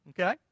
Okay